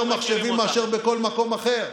שם חילקנו יותר מחשבים מאשר בכל מקום אחר,